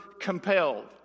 compelled